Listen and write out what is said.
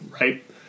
Right